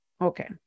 Okay